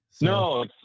No